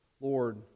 lord